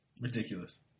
ridiculous